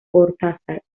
cortázar